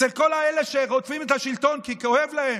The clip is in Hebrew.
אצל כל אלה שרודפים את השלטון כי כואב להם,